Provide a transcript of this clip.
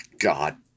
god